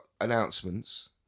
announcements